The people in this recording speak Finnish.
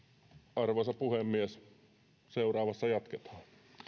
arvoisa puhemies seuraavassa jatketaan